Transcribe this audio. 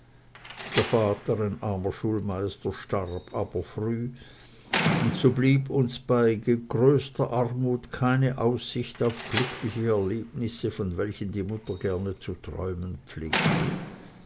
der vater ein armer schulmeister starb aber früh und so blieb uns bei größter armut keine aussicht auf glückliche erlebnisse von welchen die mutter gerne zu träumen pflegte